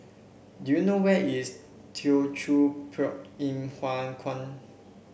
do you know where is Teochew Poit Ip Huay Kuan